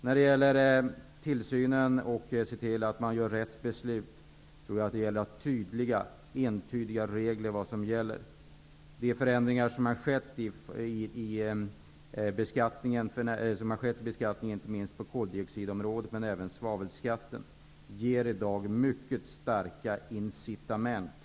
När det gäller tillsynen och beslutsfattandet är det viktigt att reglerna är entydiga. De förändringar som har skett i beskattningen, inte minst på koldioxidområdet men även i fråga om svavelskatten, ger i dag mycket starka incitament.